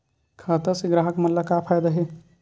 खाता से ग्राहक मन ला का फ़ायदा हे?